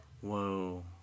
Whoa